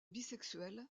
bisexuel